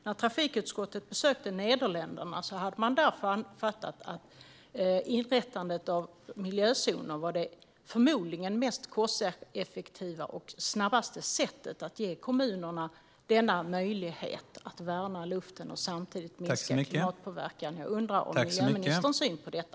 När trafikutskottet besökte Nederländerna hade man där fattat att inrättandet av miljözoner förmodligen var det mest kostnadseffektiva och snabbaste sättet att ge kommunerna denna möjlighet att värna luften och samtidigt minska klimatpåverkan. Vad är miljöministerns syn på detta?